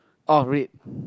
oh red